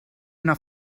una